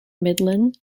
midland